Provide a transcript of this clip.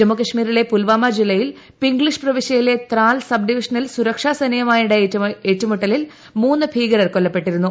ജമ്മുകശ്മീരിലെ പുൽവാമ ജില്ലയിൽ പ്രിങ്ക്ളിഷ് പ്രവിശ്യയിലെ ത്രാൽ സബ്ഡിവിഷനിൽ സുരക്ഷാ സേനയുമായു ായ ഏറ്റുമുട്ടലിൽ മൂന്ന് ഭീകരർ ക്ട്രിറ്ലപ്പെട്ടിരുന്നു